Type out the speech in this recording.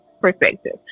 perspective